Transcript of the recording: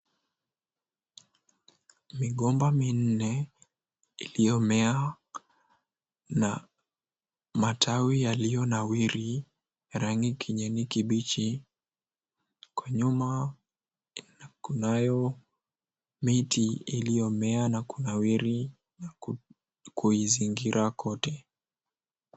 Migomba minne iliyomea na matawi yaliyo nawiri ya kijani kibichi. Kwa nyuma kunayo miti inayomea na kunawiri na kuizingira kote.